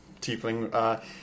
tiefling